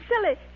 Silly